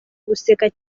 guseka